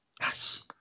Yes